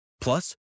Plus